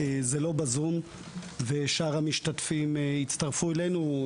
זה לא בזום ושאר המשתתפים הצטרפו אלינו.